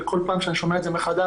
וכל פעם שאני שומע את זה מחדש,